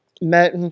met